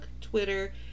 Twitter